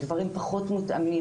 הדברים פחות מותאמים,